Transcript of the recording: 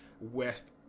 West